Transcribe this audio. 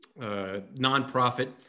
nonprofit